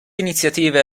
iniziative